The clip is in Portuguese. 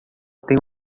tem